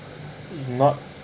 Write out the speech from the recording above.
if not